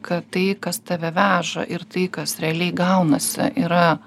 kad tai kas tave veža ir tai kas realiai gaunasi yra